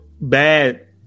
bad